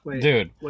Dude